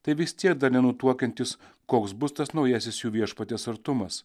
tai vis tiek dar nenutuokiantys koks bus tas naujasis jų viešpaties artumas